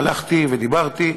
הלכתי ודיברתי,